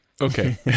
Okay